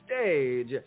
stage